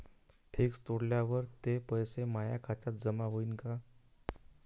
Fix तोडल्यावर ते पैसे माया खात्यात जमा होईनं का?